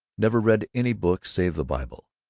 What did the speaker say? never read any book save the bible,